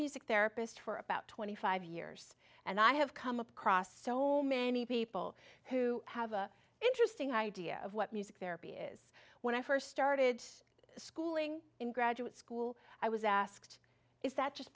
music therapist for about twenty five years and i have come across so many people who have an interesting idea of what music therapy is when i first started schooling in graduate school i was asked is that just